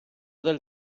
del